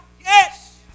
Yes